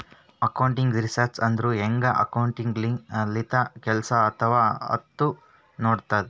accounting research ಅಂದುರ್ ಹ್ಯಾಂಗ್ accounting ಲಿಂತ ಕೆಲ್ಸಾ ಆತ್ತಾವ್ ಅಂತ್ ನೋಡ್ತುದ್